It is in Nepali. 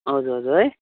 हजुर हजुर है